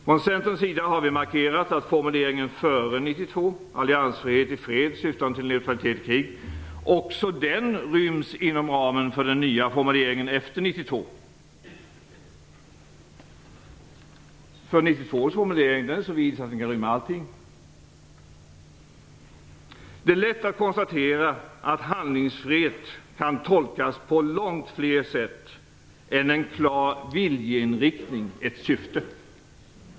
Från Centerns sida har vi markerat att formuleringen före 1992 - "alliansfrihet i fred syftande till neutralitet i krig "- också den ryms inom ramen för den nya formuleringen efter 1992, en formulering som är så vid, att den kan rymma allting. Det är lätt att konstatera att handlingsfrihet kan tolkas på långt fler sätt än en klar viljeinriktning, ett syfte.